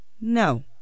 No